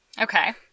Okay